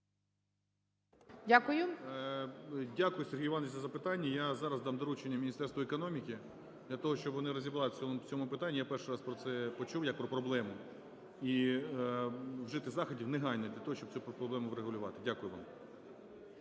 В.Б. Дякую, Сергій Іванович, за запитання. Я зараз дам доручення Міністерству економіки для того, щоб вони розібрались в цьому питанні. Я перший раз про це почув як про проблему. І вжити заходів негайно для того, щоб цю проблему врегулювати. Дякую вам.